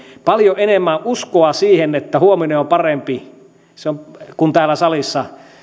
paljon enemmän uskoa siihen että huominen on parempi kuin täällä salissa